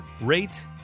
rate